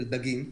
של דגים.